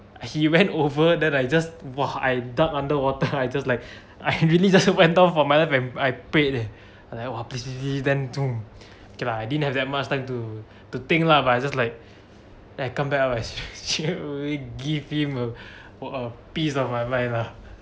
he went over then I just !wah! I dunk underwater I just like I I really just went down for my life and I I prayed leh and then !wah! please please please then thump okay lah I didn't have that much time to to think lah but I just like then I come back up and straightaway give him a a piece of my mind lah